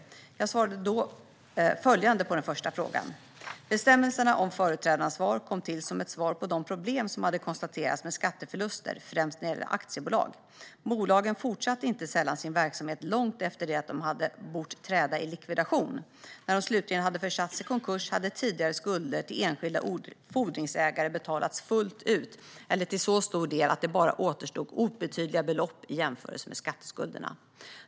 Jag svarade då följande på den första frågan: Bestämmelserna om företrädaransvar kom till som ett svar på de problem som hade konstaterats med skatteförluster, främst när det gällde aktiebolag. Bolagen fortsatte inte sällan sin verksamhet långt efter det att de borde ha trätt i likvidation. När de slutligen hade försatts i konkurs hade tidigare skulder till enskilda fordringsägare betalats fullt ut eller till så stor del att det bara återstod obetydliga belopp i jämförelse med skatteskulderna.